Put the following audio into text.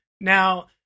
Now